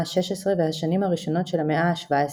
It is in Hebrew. ה-16 והשנים הראשונות של המאה ה-17,